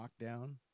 lockdown